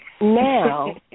Now